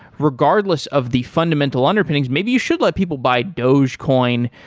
regardless of the fundamental underpinnings. maybe you should let people buy dogecoin,